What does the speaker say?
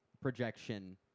projection